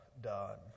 done